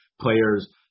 players